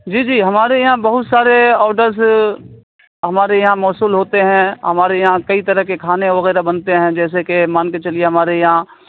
جی جی ہمارے یہاں بہت سارے اوڈرز ہمارے یہاں موصول ہوتے ہیں ہمارے یہاں کئی طرح کے کھانے وغیرہ بنتے ہیں جیسے کہ مان کے چلیے ہمارے یہاں